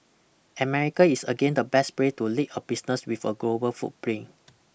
America is again the best place to lead a business with a global footprint